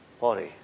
body